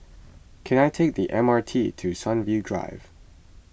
can I take the M R T to Sunview Drive